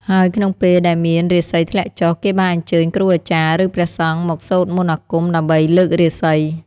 ហើយក្នុងពេលដែលមានរាសីធ្លាក់ចុះ គេបានអញ្ជើញគ្រូអាចារ្យ ឬព្រះសង្ឃ មកសូត្រមន្តអាគមដើម្បីលើករាសី។